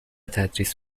تدریس